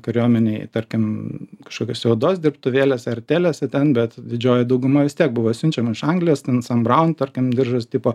kariuomenei tarkim kažkokiose odos dirbtuvėlėse artelėse ten bet didžioji dauguma vis tiek buvo siunčiama iš anglijos ten san braun tarkim diržas tipo